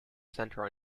center